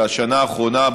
ובשנה האחרונה,